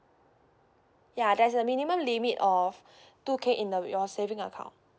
ya there's a minimum limit of two K in the your saving account